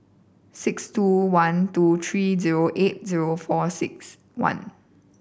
six two one two three zero eight zero four six one